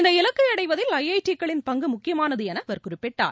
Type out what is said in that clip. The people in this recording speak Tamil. இந்த இலக்கை அடைவதில் ஐஐடிகளின் பங்கு முக்கியமானது என அவர் குறிப்பிட்டார்